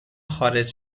خارج